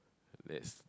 let's